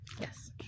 yes